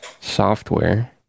software